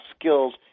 skills